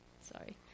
Sorry